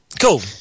Cool